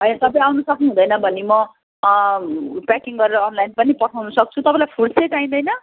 होइन तपाईँ आउनुसक्नु हुँदैन भने म प्याकिङ गरेर अनलाइन पनि पठाउन सक्छु तपाईँलाई फ्रुट्स चाहिँ चाहिँदैन